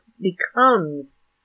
becomes